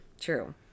True